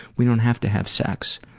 we don't have to have sex.